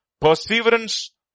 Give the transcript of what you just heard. Perseverance